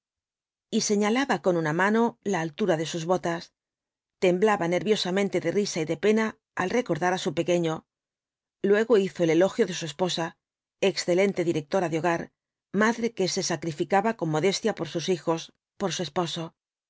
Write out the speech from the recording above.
y señalaba con una mano la altura de sus botas temblaba nerviosamente de risa y de pena al recordar á su pequeño luego hizo el elogio de su esposa excelente directora de hogar madre que se sacrificaba con modestia por sus hijos por su esposo